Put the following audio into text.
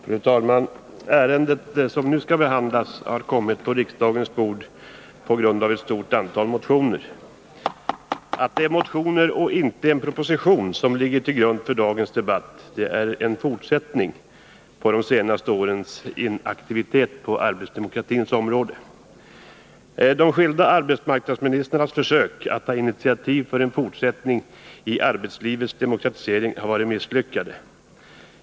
Fru talman! Det ärende som nu skall behandlas har kommit på riksdagens bord på grund av ett stort antal motioner. Att det är motioner och inte en proposition som ligger till grund för dagens debatt beror på att de senaste årens inaktivitet på arbetsdemokratins område fortsatt. De skilda arbetsmarknadsministrarnas försök att ta initiativ till en fortsättning av arbetslivets demokratisering har varit misslyckade.